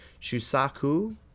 Shusaku